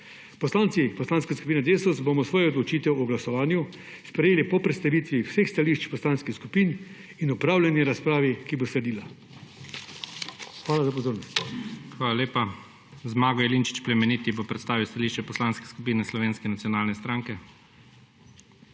Poslanci Poslanske skupine Desus bomo svojo odločitev o glasovanju sprejeli po predstavitvi vseh stališč poslanskih skupin in opravljeni razpravi, ki bo sledila. Hvala za pozornost. **PREDSEDNIK IGOR ZORČIČ:** Hvala lepa. Zmago Jelinčič Plemeniti bo predstavil stališče Poslanske skupine Slovenske nacionalne stranke.